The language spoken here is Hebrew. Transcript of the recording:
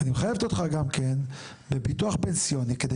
אני מחייבת אותך גם כן בביטוח פנסיוני כדי